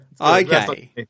Okay